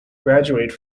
graduate